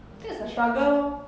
that's a struggle lor